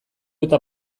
eta